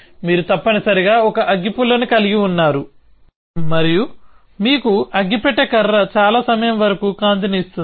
మీరు తప్పనిసరిగా ఒక అగ్గిపుల్లని కలిగి ఉన్నారు మరియు మీకు అగ్గిపెట్టె కర్ర చాలా సమయం వరకు కాంతిని ఇస్తుంది